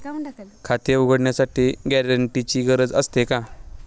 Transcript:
खाते उघडण्यासाठी गॅरेंटरची गरज असते का?